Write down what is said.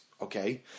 Okay